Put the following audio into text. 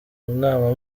nama